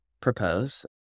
propose